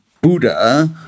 Buddha